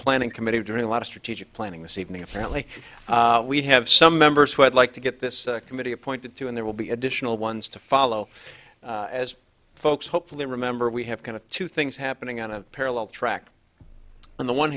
planning committee during a lot of strategic planning this evening apparently we have some members who would like to get this committee appointed to him there will be additional ones to follow as folks hopefully remember we have kind of two things happening on a parallel track on the one